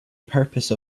purpose